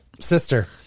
Sister